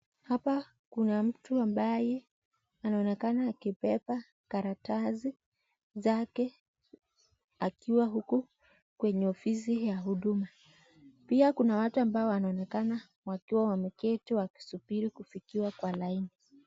Hapa kuna mtu ambaye anaonekana akibeba karatasi zake akiwa huku kwenye ofisi ya huduma, pia kuna watu ambao wanaonekana wakiwa wameketi wakisubiri kufikiwa kwa laini.